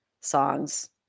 songs